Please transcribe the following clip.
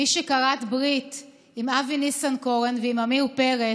מי שכרת ברית עם אבי ניסנקורן ועם עמיר פרץ,